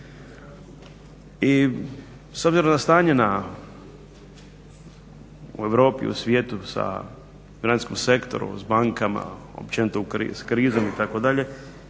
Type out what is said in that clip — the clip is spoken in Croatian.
I s obzirom da stanje u Europi, u svijetu sa financijskim sektorom, s bankama, općenito s krizom itd.,